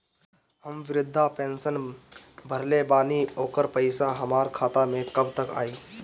हम विर्धा पैंसैन भरले बानी ओकर पईसा हमार खाता मे कब तक आई?